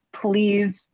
Please